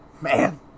Man